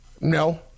no